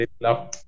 love